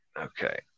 Okay